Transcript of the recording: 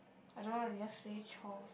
I don't know they just say chore